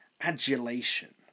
adulation